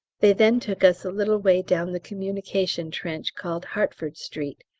they then took us a little way down the communication trench called hertford street,